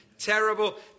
Terrible